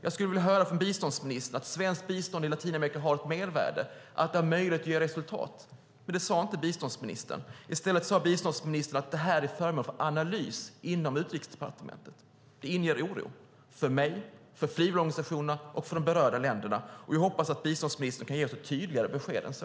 Jag hade velat höra från biståndsministern att svenskt bistånd i Latinamerika har ett mervärde och att det har möjlighet att ge resultat. Men det sade inte biståndsministern, utan hon sade att det är föremål för analys inom Utrikesdepartementet. Det väcker oro hos mig, hos frivilligorganisationerna och hos de berörda länderna. Jag hoppas att biståndsministern kan ge ett tydligare besked än så.